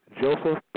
Joseph